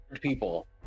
people